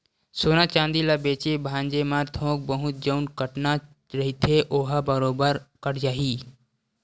सोना चांदी ल बेंचे भांजे म थोक बहुत जउन कटना रहिथे ओहा बरोबर कट जाही